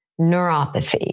neuropathy